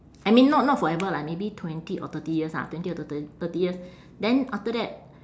I mean not not forever lah maybe twenty or thirty years ah twenty or thir~ thirty years then after that